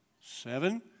Seven